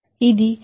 ఇది 1558